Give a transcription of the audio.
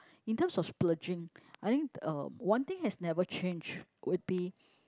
in terms of splurging I think uh one thing has never changed would be